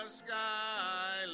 sky